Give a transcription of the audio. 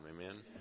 Amen